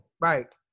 Right